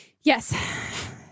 Yes